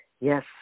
yes